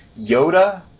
Yoda